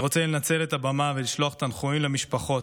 אני רוצה לנצל את הבמה ולשלוח תנחומים למשפחות,